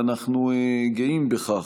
ואנחנו גאים בכך,